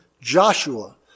Joshua